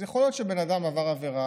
אז יכול להיות שבן אדם עבר עבירה,